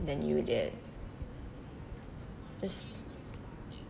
than you did just